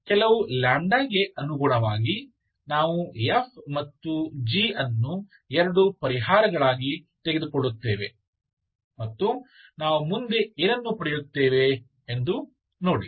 ಕೆಲವು λ ಗೆ ಅನುಗುಣವಾಗಿ ನಾವು f ಮತ್ತು g ಅನ್ನು ಎರಡು ಪರಿಹಾರಗಳಾಗಿ ತೆಗೆದುಕೊಳ್ಳುತ್ತೇವೆ ಮತ್ತು ನಾವು ಮುಂದೆ ಏನನ್ನು ಪಡೆಯುತ್ತೇವೆ ಎಂದು ನೋಡಿ